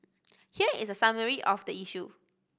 here is a summary of the issue